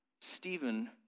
Stephen